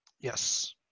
Yes